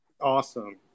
awesome